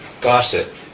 gossip